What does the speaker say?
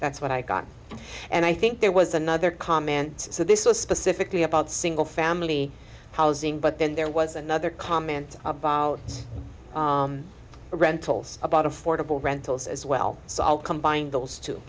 that's what i got and i think there was another comment so this was specifically about single family housing but then there was another comment about rentals about affordable rentals as well so i'll combine those two